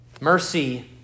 Mercy